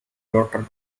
daughter